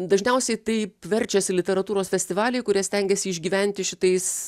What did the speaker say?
dažniausiai taip verčiasi literatūros festivaliai kurie stengiasi išgyventi šitais